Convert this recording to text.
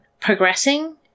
progressing